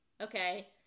Okay